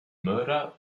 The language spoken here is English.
murder